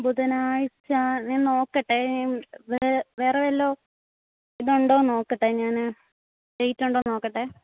ബുധനാഴ്ച ഞാൻ നോക്കട്ടെ വേറെ വല്ലതും ഇതുണ്ടോ നോക്കട്ടെ ഞാൻ ഡേറ്റ് ഉണ്ടോ നോക്കട്ടെ